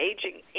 Aging